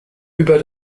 über